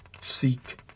Seek